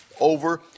Over